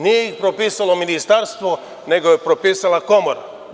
Nije ih propisalo Ministarstvo, nego je propisala Komora.